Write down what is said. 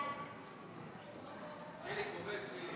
חוק בנימין